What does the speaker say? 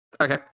Okay